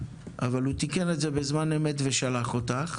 אבל הוא תיקן את זה בזמן אמת ושלח אותך,